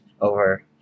over